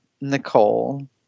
Nicole